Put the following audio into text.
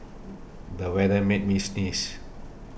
the weather made me sneeze